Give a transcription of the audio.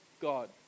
God